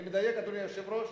אני מדייק, אדוני היושב-ראש?